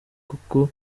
nk’uko